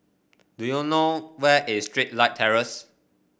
do you know where is Starlight Terrace